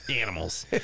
animals